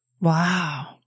Wow